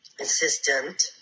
assistant